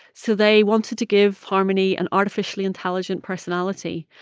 so they wanted to give harmony an artificially intelligent personality,